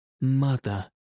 Mother